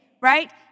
right